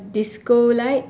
disco light